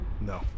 no